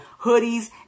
hoodies